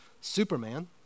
Superman